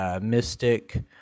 Mystic